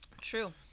True